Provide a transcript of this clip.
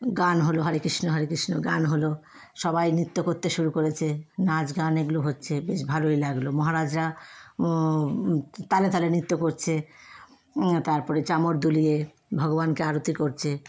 গান হল হরে কৃষ্ণ হরে কৃষ্ণ গান হল সবাই নৃত্য করতে শুরু করেছে নাচ গান এগুলো হচ্ছে বেশ ভালোই লাগল মহারাজরা তালে তালে নৃত্য করছে তারপরে চামর দুলিয়ে ভগবানকে আরতি করছে